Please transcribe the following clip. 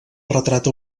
retrata